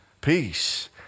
Peace